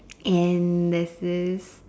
and there's this